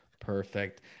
Perfect